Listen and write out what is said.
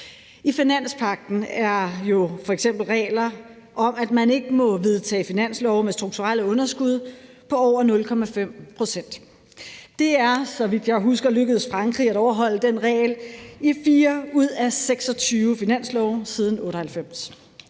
I finanspagten er der jo f.eks. regler om, at man ikke må vedtage finanslove med strukturelle underskud på over 0,5 pct. Det er, så vidt jeg husker, lykkedes Frankrig at overholde den regel i 4 ud af 26 finanslove siden 1998.